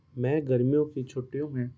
میں گرمیوں کی چھٹیوں میں